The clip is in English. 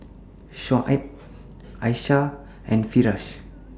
Shoaib Aisyah and Firash